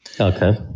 Okay